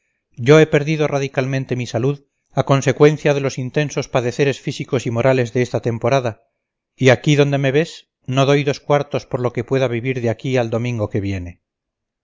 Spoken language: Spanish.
yo he perdido radicalmente mi salud a consecuencia de los intensos padeceres físicos y morales de esta temporada y aquí donde me ves no doy dos cuartos por lo que pueda vivir de aquí al domingo que viene